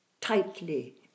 tightly